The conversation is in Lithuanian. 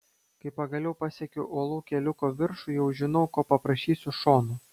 kai pagaliau pasiekiu uolų keliuko viršų jau žinau ko paprašysiu šono